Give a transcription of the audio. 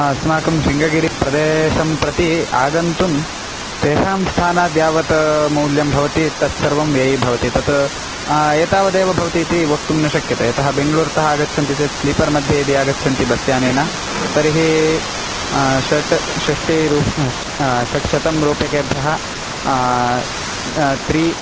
अस्माकं शृङ्गगिरिप्रदेशं प्रति आगन्तुं तेषां स्थानाद् यावत् मूल्यं भवति तत् सर्वं व्ययी भवति तत् एतावदेव भवति इति वक्तुं न शक्यते यतः बेङ्ग्ळूरतः आगच्छन्ति चेत् स्लीपर्मध्ये यदि आगच्छन्ति बस्यानेन तर्हि षट् षष्टिरूप श् षड्शतं रूप्यकेभ्यः त्रि